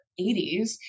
80s